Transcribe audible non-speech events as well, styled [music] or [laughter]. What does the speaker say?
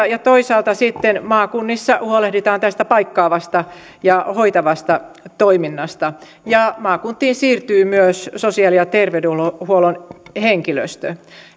[unintelligible] ja toisaalta maakunnissa sitten huolehditaan tästä paikkaavasta ja hoitavasta toiminnasta ja maakuntiin siirtyy myös sosiaali ja terveydenhuollon henkilöstö